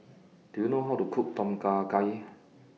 Do YOU know How to Cook Tom Kha Gai